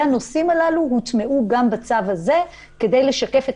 והנושאים הללו הוטמעו גם בצו הזה כדי לשקף את